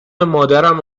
مادرم